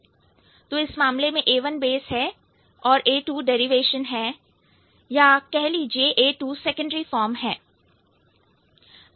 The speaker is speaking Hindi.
तो इस मामले में A1 base बेसहै और A2 derivation डेरिवेशन है या कह लीजिए A2 सेकेंडरी फॉर्म है